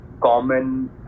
common